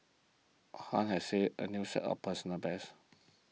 Han has set a new personal best